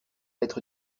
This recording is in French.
être